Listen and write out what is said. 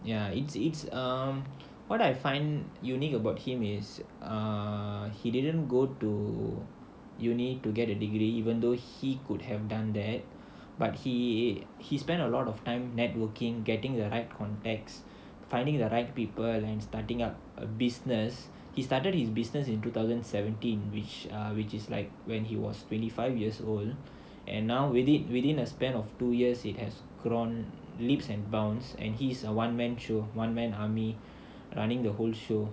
ya it's it's um what I find unique about him is err he didn't go to university to get a degree even though he could have done that but he he spent a lot of time networking getting the right contacts finding the right people and starting up a business he started his business in two thousand seventeen which ah which is like when he was twenty five years old and now will it within a span of two years it has grown leaps and bounds and he's a one man show one man army running the whole show